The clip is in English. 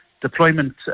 deployment